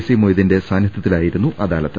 C മൊയ്തീന്റെ സാന്നിധ്യ ത്തിലായിരുന്നു അദാലത്ത്